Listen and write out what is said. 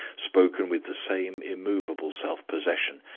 spoken with the same immovable self-possession.